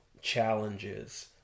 challenges